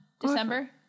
December